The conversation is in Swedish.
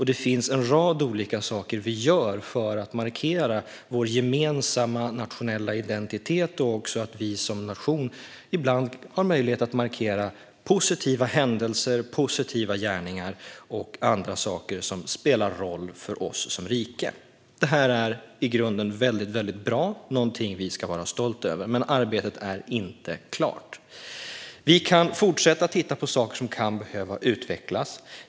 Det finns en rad olika saker vi gör för att markera vår gemensamma nationella identitet och också för att vi som nation ibland har möjlighet att markera positiva händelser och gärningar och andra saker som spelar roll för oss som rike. Detta är i grunden mycket bra och någonting som vi ska vara stolta över. Men arbetet är inte klart. Vi kan fortsätta titta på saker som kan behöva utvecklas.